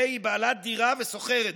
ה' היא בעלת דירה ושוכרת דירה.